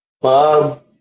Bob